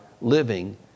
living